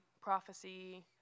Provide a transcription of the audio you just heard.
prophecy